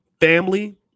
family